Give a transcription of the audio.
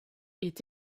est